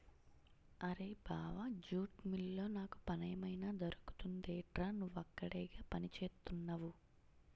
అరేయ్ బావా జూట్ మిల్లులో నాకు పనేమైనా దొరుకుతుందెట్రా? నువ్వక్కడేగా పనిచేత్తున్నవు